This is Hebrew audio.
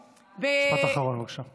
משפט אחרון, בבקשה.